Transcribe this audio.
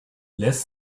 lässt